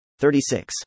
36